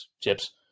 chips